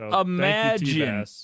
imagine